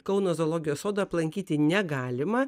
kauno zoologijos sodo aplankyti negalima